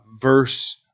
verse